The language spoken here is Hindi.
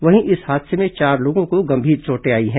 वहीं इस हादसे में चार लोगों को गंभीर चोटें आई हैं